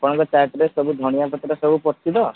ଆପଣଙ୍କ ଚାଟରେ ସବୁ ଧନିଆ ପତ୍ର ସବୁ ପଡୁଛି ତ